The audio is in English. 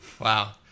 Wow